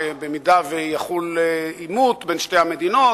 שבמידה שיחול עימות בין שתי המדינות,